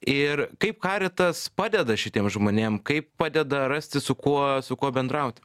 ir kaip karitas padeda šitiem žmonėm kaip padeda rasti su kuo su kuo bendrauti